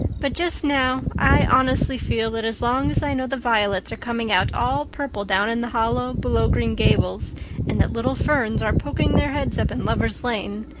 but just now i honestly feel that as long as i know the violets are coming out all purple down in the hollow below green gables and that little ferns are poking their heads up in lovers' lane,